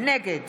נגד